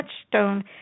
touchstone